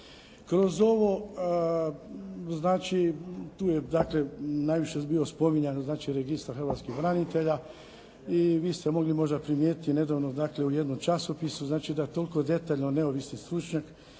Kroz ovo znači tu je dakle najviše bio spominjan znači registar hrvatskih branitelja i vi ste mogli možda primijetiti nedavno dakle u jednom časopisu znači da toliko detaljno neovisni stručnjak